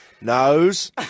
nose